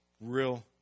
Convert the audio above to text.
real